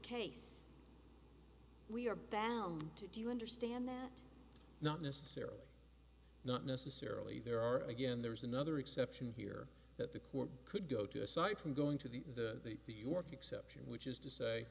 case we are ballmer to do you understand that not necessarily not necessarily there are again there's another exception here that the court could go to aside from going to the the the york exception which is to say